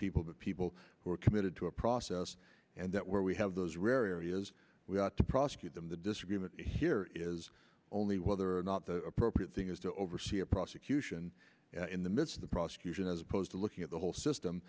people but people who are committed to a process and that where we have those rare areas we ought to prosecute them the disagreement here is only whether or not the appropriate thing is to oversee a prosecution in the midst of the prosecution as opposed to looking at the whole system